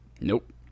Nope